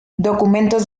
documentos